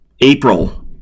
April